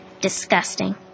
Disgusting